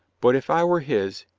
but if i were his,